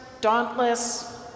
dauntless